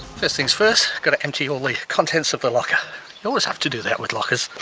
first things first got to empty all the contents of the locker. you always have to do that with lockers.